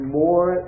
more